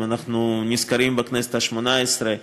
אם אנחנו נזכרים בכנסת השמונה-עשרה,